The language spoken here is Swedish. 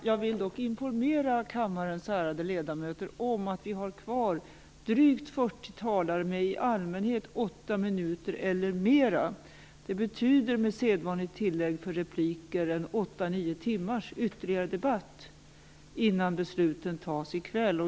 Jag vill informera kammarens ärade ledamöter om att vi har kvar drygt 40 talare med i allmänhet åtta minuter eller mera i taletid. Med sedvanligt tillägg för repliker betyder det åtta nio timmars ytterligare debatt innan besluten fattas i kväll.